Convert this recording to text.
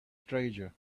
treasure